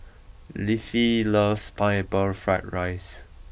Leafy loves Pineapple Fried Rice